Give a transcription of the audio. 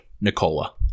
Nicola